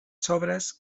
sobres